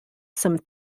some